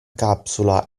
capsula